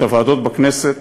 את הוועדות בכנסת